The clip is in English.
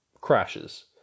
crashes